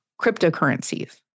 cryptocurrencies